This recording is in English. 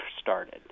started